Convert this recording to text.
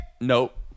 Nope